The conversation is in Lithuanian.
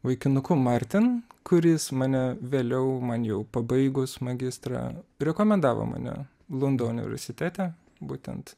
vaikinuku martin kuris mane vėliau man jau pabaigus magistrą rekomendavo mane lundo universitete būtent